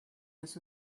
this